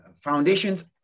foundations